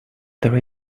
there